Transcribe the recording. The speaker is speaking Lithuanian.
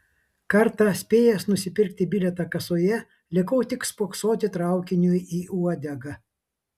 kartą spėjęs nusipirkti bilietą kasoje likau tik spoksoti traukiniui į uodegą